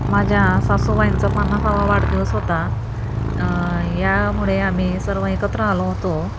माझ्या सासूबाईंचा पन्नासावा वाढदिवस होता यामुळे आम्ही सर्व एकत्र आलो होतो